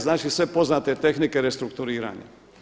Znači sve poznate tehnike restrukturiranja.